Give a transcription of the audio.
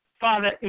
Father